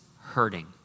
hurting